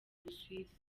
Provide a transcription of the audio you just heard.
busuwisi